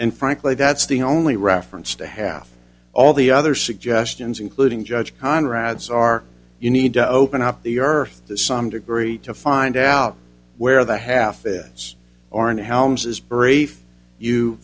and frankly that's the only reference to half all the other suggestions including judge conrad's are you need to open up the earth to some degree to find out where the half it are in the house is brief you